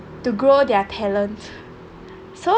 to grow their talent so